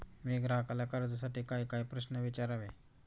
मी ग्राहकाला कर्जासाठी कायकाय प्रश्न विचारावे?